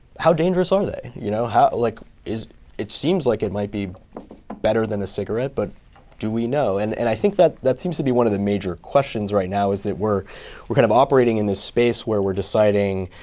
how dangerous are they? you know like it seems like it might be better than a cigarette, but do we know? and and i think that that seems to be one of the major questions right now, is that we're we're kind of operating in this space where we're deciding,